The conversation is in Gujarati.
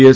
એસ